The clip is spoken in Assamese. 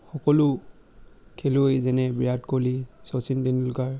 সকলো খেলুৱৈ যেনে বিৰাট কোহলি শচীন তেণ্ডুলকাৰ